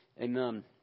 amen